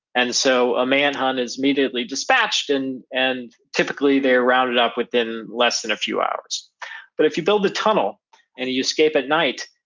and so a manhunt is immediately dispatched and and typically they're rounded up within less than a few hours but if you build a tunnel and you you escape at night,